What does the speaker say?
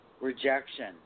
rejection